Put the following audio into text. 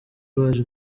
baje